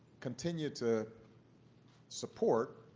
continue to support